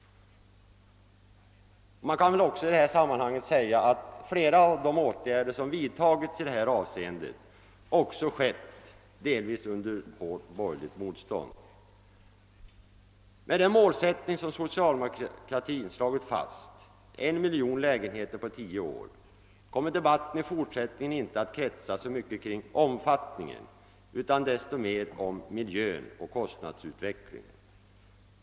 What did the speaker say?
I det här sammanhanget kan man väl också säga att flera av de åtgärder som vidtagits i detta avseende skett delvis under hårt borgerligt motstånd. Med den målsättning som socialdemokratin slagit fast, en miljon lägenheter på tio år, kommer debatten i fortsättningen att kretsa inte så mycket kring omfattningen utan desto mer om miljön och kostnadsutvecklingen.